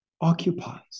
occupies